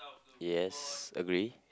yes agree